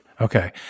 Okay